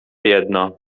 jedno